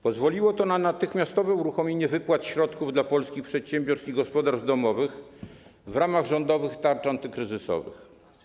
Pozwoliło to na natychmiastowe uruchomienie wypłat środków dla polskich przedsiębiorstw i gospodarstw domowych w ramach rządowych tarcz antykryzysowych.